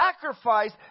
sacrifice